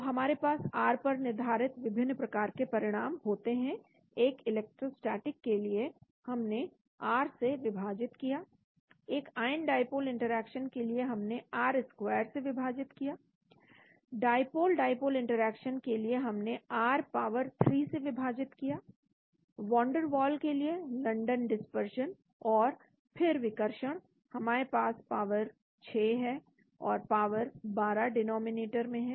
तो हमारे पास r पर आधारित विभिन्न प्रकार के परिणाम होते हैं एक इलेक्ट्रोस्टेटिक के लिए हमने r से विभाजित किया एक आयन डाईपोल इंटरेक्शन के लिए हमने r स्क्वायर से विभाजित किया डाईपोल डाईपोल इंटरेक्शन के लिए हमने r पावर 3 से विभाजित किया वंडरवॉल के लिए लंदन डिस्पर्शन और फिर विकर्षण हमारे पास पावर 6 है और पावर 12 डिनॉमिनेटर में है